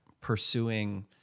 pursuing